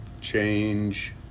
change